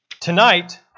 Tonight